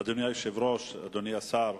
אדוני היושב-ראש, אדוני השר,